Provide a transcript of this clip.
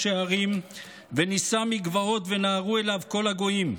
ההרים וְנִשָּׂא מגבעות ונהרו אליו כל הגוים.